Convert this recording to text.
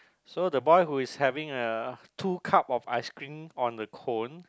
so the boy who is having uh two cup of ice cream on the cone